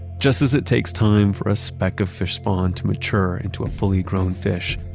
just as it takes time for a speck of fish spawn to mature into a fully grown fish,